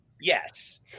Yes